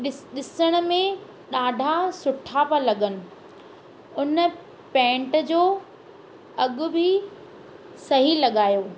ॾिस ॾिसण में ॾाढा सुठा पिया लगनि उन पैंट जो अघि बि सही लॻायो